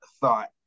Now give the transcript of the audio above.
thought